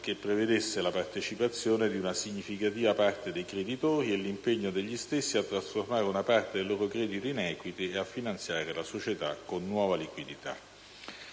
che prevedesse la partecipazione di una significativa parte dei creditori e l'impegno degli stessi a trasformare una parte del loro credito in *equity* e a finanziare la società con nuova liquidità.